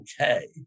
okay